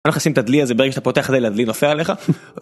נשים את הדלי הזה ברגע שאתה פותח את זה לדלי נופל עליך.